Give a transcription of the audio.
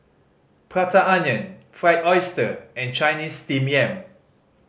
Prata Onion Fried Oyster and Chinese Steamed Yam